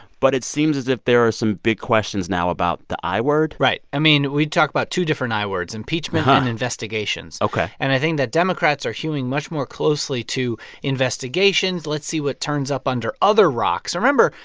but it seems as if there are some big questions now about the i word right. i mean, we talk about two different i words impeachment um and investigations ok and i think that democrats are hewing much more closely to investigations. let's see what turns up under other rocks. remember,